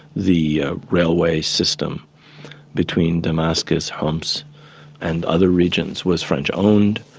the railway system between damascus, homs and other regions was french owned.